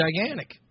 gigantic